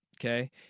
okay